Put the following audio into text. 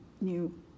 new